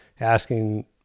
asking